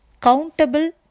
countable